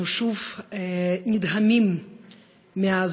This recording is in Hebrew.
נאומים בני דקה.